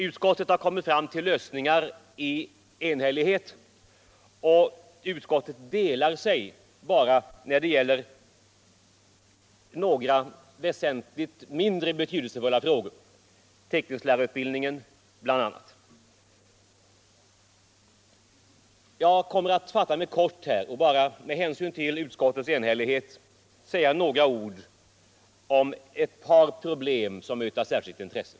Utskottet har i enighet kommit fram till lösningar, och utskottet delar sig bara när det gäller några mindre betydelsefulla frågor, bl.a. teckningslärarutbildningen. Jag kommer att fatta mig kort och med hänsyn till utskottets enighet bara säga några ord om ett par problem som är av särskilt intresse.